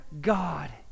God